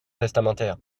testamentaires